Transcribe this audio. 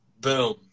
boom